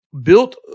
built